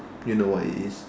you know what it is